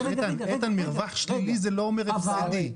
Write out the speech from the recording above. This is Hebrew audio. איתן, מרווח שלילי זה לא אומר הפסדי.